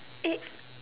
eh